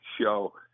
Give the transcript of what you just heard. show